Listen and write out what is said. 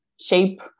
shape